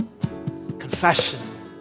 Confession